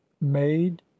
made